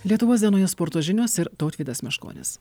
lietuvos dienoje sporto žinios ir tautvydas meškonis